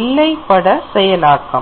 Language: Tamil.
எல்லைப் பட செயலாக்கம்